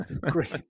Great